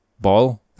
ball